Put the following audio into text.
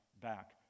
back